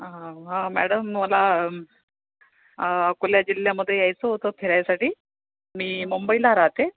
हां मॅडम मला अ अकोला जिल्ह्यामध्ये यायचं होतं फिरायसाठी मी मुंबईला राहते